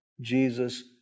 Jesus